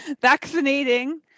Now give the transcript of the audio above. vaccinating